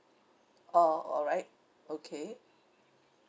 orh alright okay